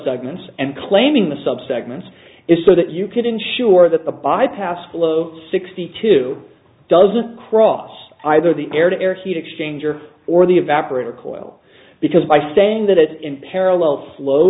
subsegments and claiming the subsegments is so that you can ensure that the bypass below sixty two doesn't cross either the air to air heat exchanger or the evaporator coil because by saying that in parallel flow